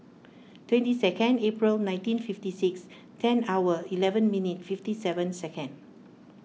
twenty second April nineteen fifty six ten hour eleven minute fifty seven second